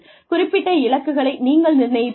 குறிப்பிட்ட இலக்குகளை நீங்கள் நிர்ணயிக்கிறீர்கள்